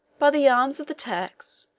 by the arms of the turks,